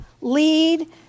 lead